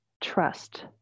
trust